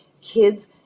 kids